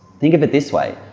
think of it this way,